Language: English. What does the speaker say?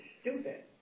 stupid